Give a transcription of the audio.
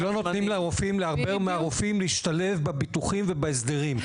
כי לא נותנים להרבה מהרופאים להשתלב בביטוחים ובהסדרים,